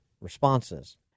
responses